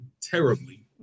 terribly